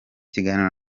kiganiro